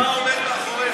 ומה עומד מאחורי זה.